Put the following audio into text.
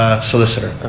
ah solicitor.